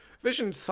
Vision